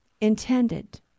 intended